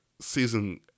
season